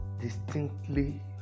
distinctly